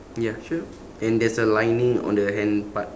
ya sure and there's a lining on the hand part